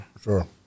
Sure